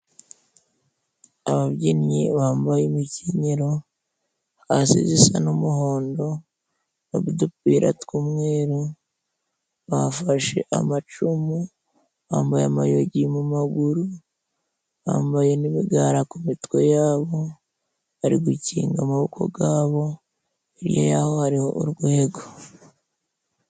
Ababyinnyi bambaye imikenyero hasi zisa n'umuhondo n'udupira tw'umweru ,bafashe amacumu bambaye amayogi mu maguru, bambaye n'ibigara ku mitwe yabo bari gukinga amaboko gabo hirya yaho hariho urwego.